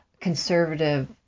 conservative